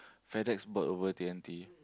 Fedex bought over t_n_t